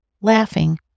laughing